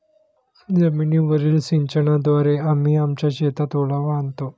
जमीनीवरील सिंचनाद्वारे आम्ही आमच्या शेतात ओलावा आणतो